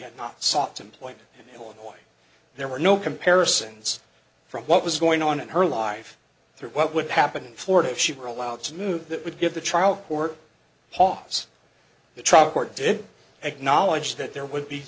had not sought employment illinois there were no comparisons from what was going on in her life through what would happen in florida if she were allowed to move that would give the trial court pause the truck court did acknowledge that there would be